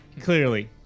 clearly